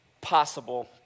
possible